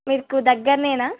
మీకు దగ్గర్నేనా